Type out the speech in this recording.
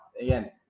again